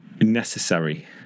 necessary